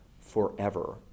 forever